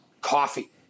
coffee